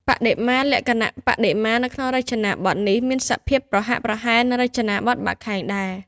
បដិមា លក្ខណៈបដិមានៅក្នុងរចនាបថនេះមានសភាពប្រហាក់ប្រហែលនឹងរចនាបថបាខែងដែរ ។